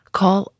call